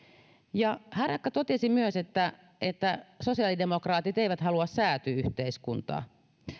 harakka totesi myös että että sosiaalidemokraatit eivät halua sääty yhteiskuntaa